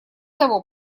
того